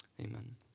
amen